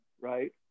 right